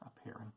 appearing